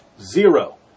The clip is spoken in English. zero